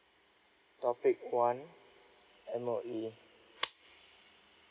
topic one M_O_E